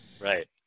Right